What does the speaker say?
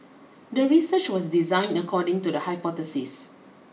the research was designed according to the hypothesis